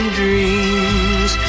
dreams